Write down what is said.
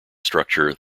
structure